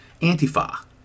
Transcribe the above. Antifa